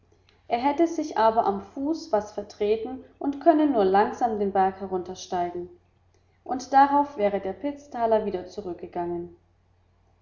er hätte sich aber am fuß was vertreten und könnte nur langsam den berg heruntersteigen und darauf wäre der pitzthaler wieder zurückgegangen